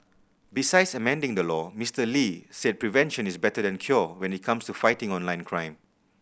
besides amending the law Mister Lee said prevention is better than cure when it comes to fighting online crime